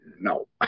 no